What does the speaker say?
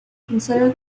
consider